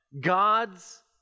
God's